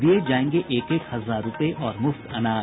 दिये जायेंगे एक एक हजार रूपये और मुफ्त अनाज